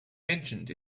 mentioned